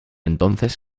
entonces